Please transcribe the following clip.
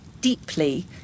deeply